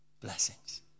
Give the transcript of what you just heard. blessings